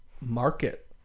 market